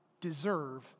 deserve